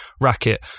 racket